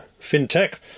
fintech